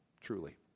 truly